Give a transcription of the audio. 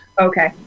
Okay